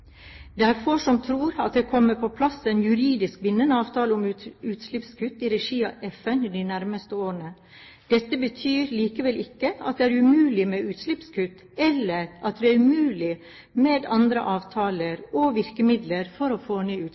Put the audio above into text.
Det er få som tror at det kommer på plass en juridisk bindende avtale om utslippskutt i regi av FN de nærmeste årene. Dette betyr likevel ikke at det er umulig med utslippskutt, eller at det er umulig med andre avtaler og virkemidler for å få